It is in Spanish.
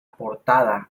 portada